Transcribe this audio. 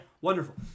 wonderful